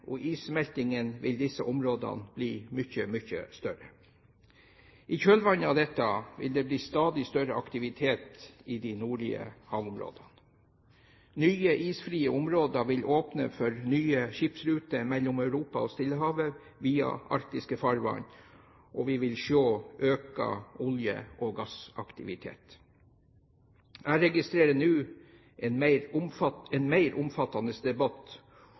klimaendringene og issmeltingen vil disse områdene bli mye, mye større. I kjølvannet av dette vil det bli stadig større aktivitet i de nordlige havområdene. Nye isfrie områder vil åpne for nye skipsruter mellom Europa og Stillehavet via arktiske farvann, og vi vil se økt olje- og gassaktivitet. Jeg registrerer nå en mer omfattende debatt